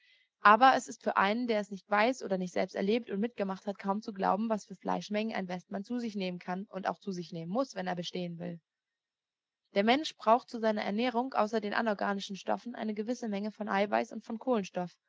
aber es ist für einen der es nicht weiß oder nicht selbst erlebt und mitgemacht hat kaum zu glauben was für fleischmengen ein westmann zu sich nehmen kann und auch zu sich nehmen muß wenn er bestehen will der mensch braucht zu seiner ernährung außer den anorganischen stoffen eine gewisse menge von eiweiß und von kohlenstoff